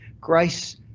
Grace